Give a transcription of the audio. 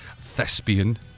thespian